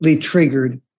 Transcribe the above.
triggered